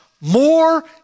more